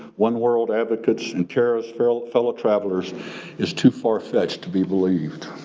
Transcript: one-world advocates and careless fellow fellow travelers is too far-fetched to be believed.